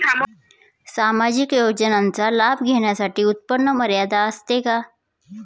सामाजिक योजनांचा लाभ घेण्यासाठी उत्पन्न मर्यादा असते का?